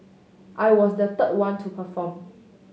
I was the third one to perform